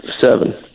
Seven